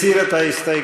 מסיר את ההסתייגויות.